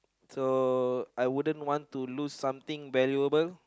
so I wouldn't want to lose something valuable